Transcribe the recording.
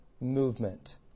movement